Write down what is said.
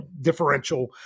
differential